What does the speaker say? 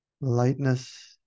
Lightness